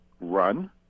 run